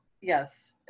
yes